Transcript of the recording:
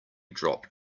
drop